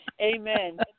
Amen